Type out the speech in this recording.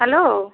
hello